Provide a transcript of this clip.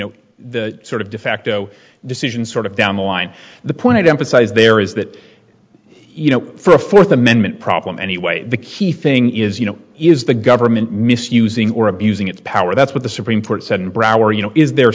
know the sort of defacto decision sort of down the line the point to emphasize there is that you know for a fourth amendment problem anyway the key thing is you know is the government misusing or abusing its power that's what the supreme court said in broward you know is there